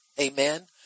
Amen